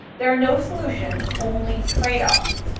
there are no solutions, only trade-offs.